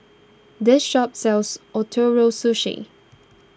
this shop sells Ootoro Sushi